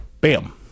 bam